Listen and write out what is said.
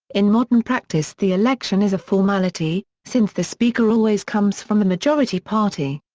in modern practice the election is a formality, since the speaker always comes from the majority party.